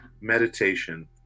meditation